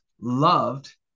loved